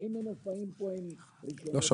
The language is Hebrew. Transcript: שולחים מנופאים --- (השמע